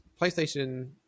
PlayStation